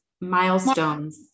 milestones